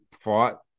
fought